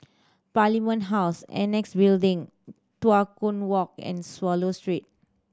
Parliament House Annexe Building Tua Kong Walk and Swallow Street